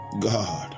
God